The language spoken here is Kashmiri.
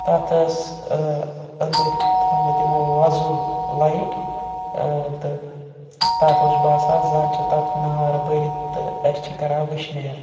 تَتھ ٲس أنٛدٕرۍ تھٲمٕتۍ یِمو وۄزُل لایِٹ تہٕ تَتھ اوس باسان زَن چھُ تَتھ نار بٔرِتھ تہٕ أسۍ چھِ کَران وٕشنیر